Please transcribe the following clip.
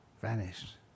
vanished